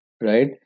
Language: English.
right